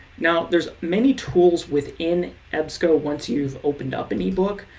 now there's many tools within ebsco once you've opened up an ebook.